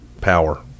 power